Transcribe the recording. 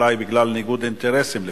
אולי בגלל ניגוד אינטרסים לפעמים,